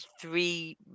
three